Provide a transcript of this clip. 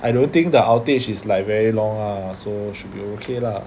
I don't think the outage is like very long ah so should be okay lah